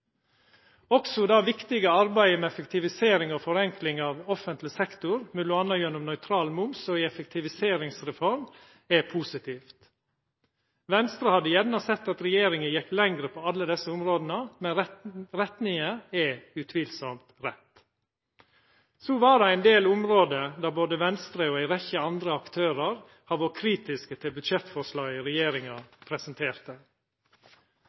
Også det viktige arbeidet med effektivisering og forenkling av offentleg sektor, m.a. gjennom nøytral moms og ei effektiviseringsreform, er positivt. Venstre hadde gjerne sett at regjeringa gjekk lenger på alle desse områda, men retninga er utvilsamt rett. Så var det ein del område der både Venstre og ei rekkje andre aktørar har vore kritiske til budsjettforslaget regjeringa presenterte: